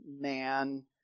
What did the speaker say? man